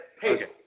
Hey